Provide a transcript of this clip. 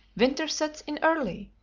winter sets in early,